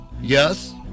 Yes